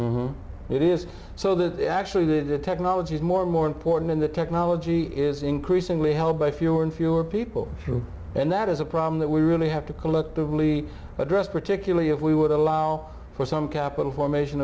it is so that actually did it technology is more and more important in the technology is increasingly held by fewer and fewer people and that is a problem that we really have to collectively address particularly if we would allow for some capital formation